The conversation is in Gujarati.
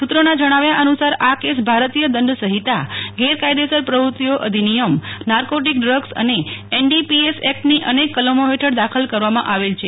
સત્રોના જણાવ્યા અનુસાર આ કેસ ભારતોય દંડસહિતાગેરકાયદેસર પ્રવૃતિઓ અધિનિયમ નાર્કોટિક ડગ્સ અને એનડીપીએસ એકટની અનેક કલમો હેઠળ દાખલ કરવામા આવેલ છ